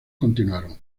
continuaron